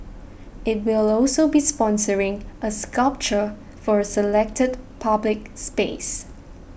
it will also be sponsoring a sculpture for a selected public space